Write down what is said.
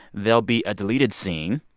there'll be a deleted scene,